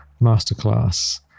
masterclass